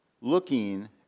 looking